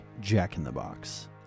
jack-in-the-box